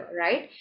right